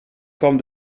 forme